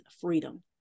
freedom